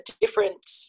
different